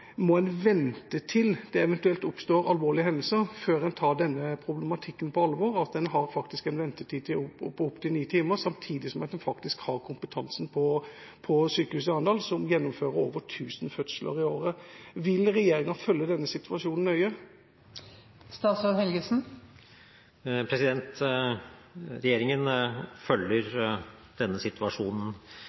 Må en vente til det eventuelt oppstår alvorlige hendelser før en tar denne problematikken på alvor, at en faktisk har en ventetid på opptil ni timer, samtidig som en har kompetansen på sykehuset i Arendal, som gjennomfører over 1 000 fødsler i året? Vil regjeringa følge denne situasjonen nøye? Regjeringen følger denne situasjonen